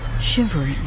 Shivering